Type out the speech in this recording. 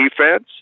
defense